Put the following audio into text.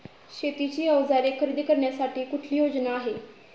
शेतीची अवजारे खरेदी करण्यासाठी कुठली योजना आहे?